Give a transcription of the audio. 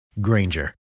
Granger